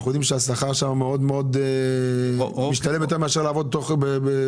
אנחנו יודעים שהשכר שם משתלם יותר מאשר לעבוד בתוך המשרד.